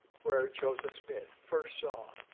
where joseph smith first saw